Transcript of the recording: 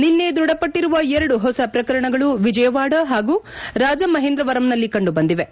ನಿನ್ನೆ ದೃಢಪಟ್ಲರುವ ಎರಡು ಹೊಸ ಪ್ರಕರಣಗಳು ವಿಜಯವಾಡ ಹಾಗೂ ರಾಜಮಹೇಂದ್ರವರಮ್ನಲ್ಲಿ ಕಂಡು ಬಂದಿವೆ